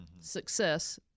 success